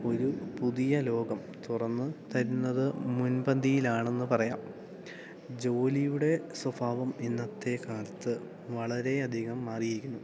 ഒരു പുതിയ ലോകം തുറന്ന് തരുന്നത് മുൻപന്തിയിലാണെന്ന് പറയാം ജോലിയുടെ സ്വഭാവം ഇന്നത്തെ കാലത്ത് വളരെയധികം മാറിയിരിക്കുന്നു